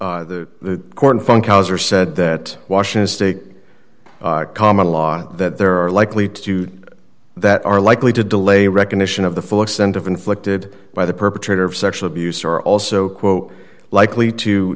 for the corn funkhouser said that washington state common law that there are likely to do that are likely to delay recognition of the full extent of inflicted by the perpetrator of sexual abuse are also quote likely to